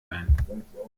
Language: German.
ein